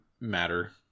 matter